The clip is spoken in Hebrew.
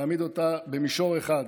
להעמיד אותה במישור אחד